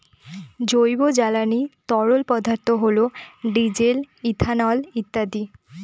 জৈব জ্বালানি তরল পদার্থ হল ডিজেল, ইথানল ইত্যাদি